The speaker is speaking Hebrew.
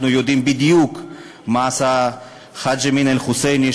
אנחנו יודעים בדיוק מה עשה חאג' אמין אל-חוסייני,